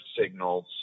signals